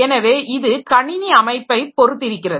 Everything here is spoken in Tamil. எனவே இது கணினி அமைப்பை பொறுத்திருக்கிறது